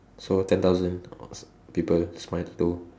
so ten thousand people smile to